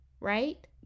right